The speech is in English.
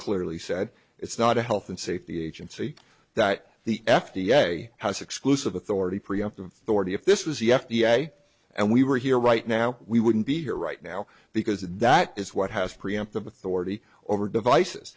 clearly said it's not a health and safety agency that the f d a has exclusive authority preemptive already if this was the f d a and we were here right now we wouldn't be here right now because that is what has preemptive authority over devices